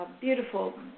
beautiful